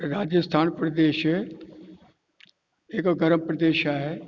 राजस्थान प्रदेश हिकु गरम प्रदेश आहे